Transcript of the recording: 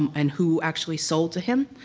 um and who actually sold to him.